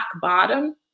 bottom